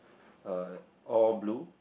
uh all blue